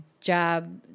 job